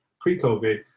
pre-COVID